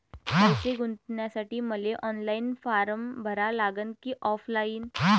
पैसे गुंतन्यासाठी मले ऑनलाईन फारम भरा लागन की ऑफलाईन?